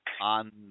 on